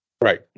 Right